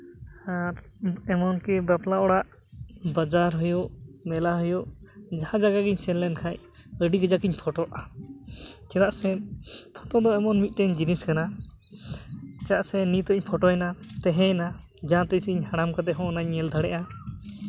ᱟᱨ ᱮᱢᱚᱱ ᱠᱤ ᱵᱟᱯᱞᱟ ᱚᱲᱟᱜ ᱵᱟᱡᱟᱨ ᱦᱩᱭᱩᱜ ᱢᱮᱞᱟ ᱦᱩᱭᱩᱜ ᱡᱟᱦᱟᱸ ᱡᱟᱭᱜᱟ ᱜᱤᱧ ᱥᱮᱱ ᱞᱮᱱᱠᱷᱟᱱ ᱟᱹᱰᱤ ᱠᱟᱡᱟᱠ ᱤᱧ ᱯᱷᱳᱴᱚᱜᱼᱟ ᱪᱮᱫᱟᱜ ᱥᱮ ᱯᱷᱚᱴᱳ ᱫᱚ ᱮᱢᱚᱱ ᱢᱤᱫᱴᱮᱱ ᱡᱤᱱᱤᱥ ᱠᱟᱱᱟ ᱪᱮᱫᱟᱜ ᱥᱮ ᱱᱤᱛᱚᱜ ᱤᱧ ᱯᱷᱳᱴᱳᱭᱮᱱᱟ ᱛᱟᱦᱮᱸᱭᱮᱱᱟ ᱡᱟᱦᱟᱸ ᱛᱤᱸᱥ ᱤᱧ ᱦᱟᱲᱟᱢ ᱠᱟᱛᱮᱫ ᱦᱚᱸ ᱚᱱᱟᱧ ᱧᱮᱞ ᱫᱟᱲᱮᱭᱟᱜᱼᱟ